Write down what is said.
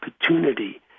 opportunity